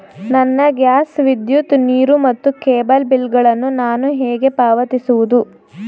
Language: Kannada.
ನನ್ನ ಗ್ಯಾಸ್, ವಿದ್ಯುತ್, ನೀರು ಮತ್ತು ಕೇಬಲ್ ಬಿಲ್ ಗಳನ್ನು ನಾನು ಹೇಗೆ ಪಾವತಿಸುವುದು?